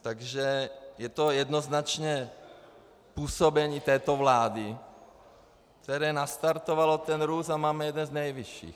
Takže je to jednoznačně působení této vlády, které nastartovalo růst, a máme jeden z nejvyšších.